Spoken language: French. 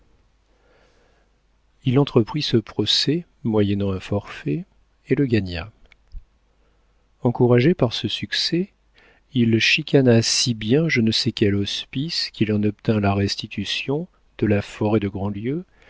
il entreprit ce procès moyennant un forfait et le gagna encouragé par ce succès il chicana si bien je ne sais quel hospice qu'il en obtint la restitution de la forêt de grandlieu